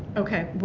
okay,